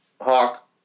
hawk